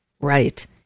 Right